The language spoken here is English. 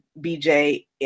bj